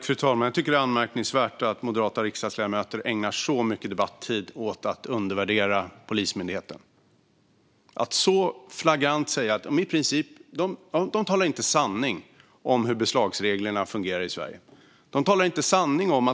Fru talman! Jag tycker att det är anmärkningsvärt att moderata riksdagsledamöter ägnar så mycket debattid åt att undervärdera Polismyndigheten och så flagrant säga att de inte talar sanning om hur beslagsreglerna fungerar i Sverige.